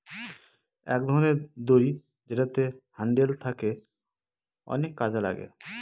এক ধরনের দড়ি যেটাতে হ্যান্ডেল থাকে অনেক কাজে লাগে